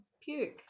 puke